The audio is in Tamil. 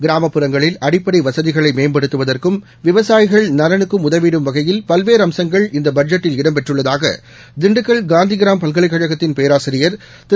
கிராமப்புறங்களில் அடிப்படைவசதிகளைமேம்படுத்துவதற்கும் விவசாயிகள் நலனுக்கும் உதவிடும் வகையில் பல்வேறுஅம்சங்கள் இந்தபட்ஜெட்டில் இடம் பெற்றுள்ளதாகதின்டுக்கல் காந்திகிராம் பல்கலைக்கழகத்தின் பேராசிரியர் திரு